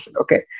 Okay